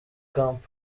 camp